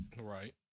Right